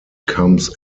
comes